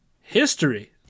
History